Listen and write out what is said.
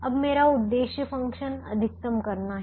अब मेरा उद्देश्य फंक्शन अधिकतम करना है